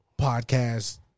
Podcast